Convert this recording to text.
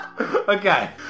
Okay